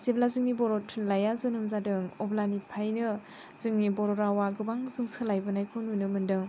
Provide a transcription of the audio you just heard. जेब्ला जोंनि बर' थुनलाइया जोनोम जादों अब्लानिफ्रायनो जोंनि बर' रावआ गोबां जों सोलायनायखौ जों नुनो मोनदों